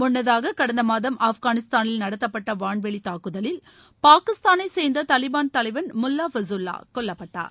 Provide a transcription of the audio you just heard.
முன்னதாக கடந்த மாதம் ஆப்கானிஸ்தானில் நடத்தப்பட்ட வான்வெளி தாக்குதலில் பாகிஸ்தானை சேர்ந்த தாலிபான் தலைவன் முல்லா ஃபஸ்லுல்லா கொல்லப்பட்டார்